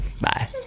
Bye